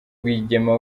rwigema